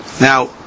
Now